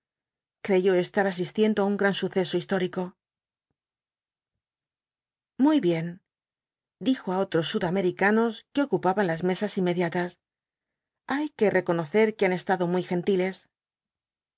creyó estar asistiendo á un gran suceso histórico muy bien dijo á otros sudamericanos que ocupaban las mesas inmediatas hay que reconocer que han estado muy gentiles